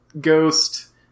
ghost